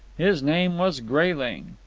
his name was grayling,